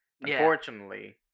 unfortunately